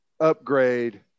upgrade